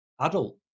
adult